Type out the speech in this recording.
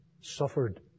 suffered